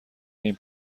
این